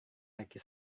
laki